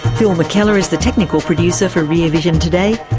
phil mckellar is the technical producer for rear vision today.